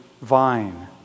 vine